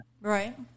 Right